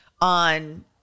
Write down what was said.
on